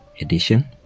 edition